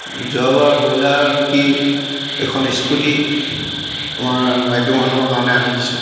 যোৱাবাৰ ব্ৰইলাৰ বিকি এখন স্কুটি আমাৰ মাইকী মানুহৰ কাৰণে আনি দিছোঁ